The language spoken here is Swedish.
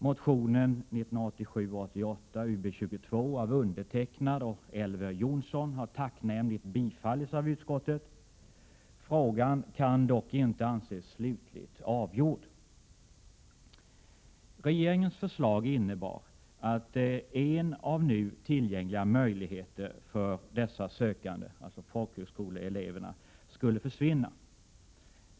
Motionen 1987/88:Ub22 av mig och Elver Jonsson har tillstyrkts av utskottet, och det är tacknämligt. Frågan kan dock inte anses slutgiltigt avgjord. Regeringens förslag innebar att en av nu tillgängliga möjligheter för dessa sökande, dvs. folkhögskoleeleverna, skulle försvinna.